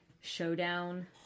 showdown